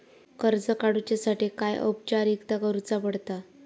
कर्ज काडुच्यासाठी काय औपचारिकता करुचा पडता?